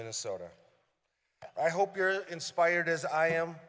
minnesota but i hope you're inspired as i am